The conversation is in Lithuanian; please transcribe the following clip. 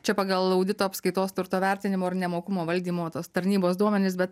čia pagal audito apskaitos turto vertinimo ir nemokumo valdymo tos tarnybos duomenis bet